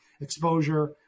exposure